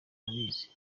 irabizi